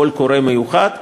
קול קורא מיוחד,